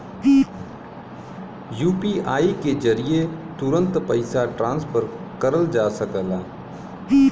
UPI के जरिये तुरंत पइसा ट्रांसफर करल जा सकला